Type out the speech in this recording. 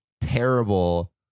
terrible